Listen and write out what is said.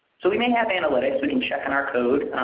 so we may have analytics. we can check on our code.